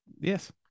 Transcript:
Yes